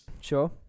Sure